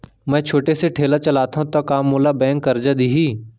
मैं छोटे से ठेला चलाथव त का मोला बैंक करजा दिही?